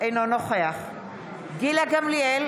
אינו נוכח גילה גמליאל,